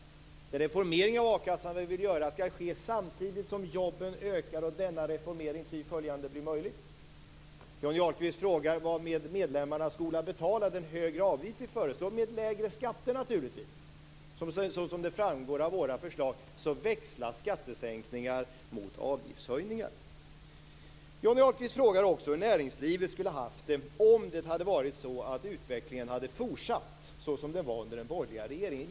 Den reformering av a-kassan som vi vill göra skall ske samtidigt som jobben ökar och denna reformering ty följande blir möjlig. Johnny Ahlqvist frågar vad med medlemmarna skola betala den högre avgift vi föreslår. Med lägre skatter naturligtvis. Så som framgår av våra förslag växlas skattesänkningar mot avgiftshöjningar. Johnny Ahlqvist frågar också hur näringslivet skulle ha haft det om utvecklingen hade fortsatt så som den var under den borgerliga regeringen.